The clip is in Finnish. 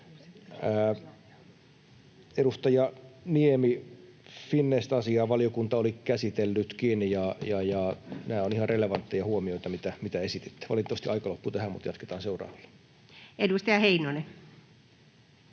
Edustaja Niemi, FinEst-asiaa valiokunta oli käsitellytkin, ja nämä ovat ihan relevantteja huomioita, mitä esititte. Valitettavasti aika loppui tähän, mutta jatketaan seuraavalla. Edustaja Heinonen.